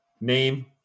Name